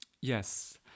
Yes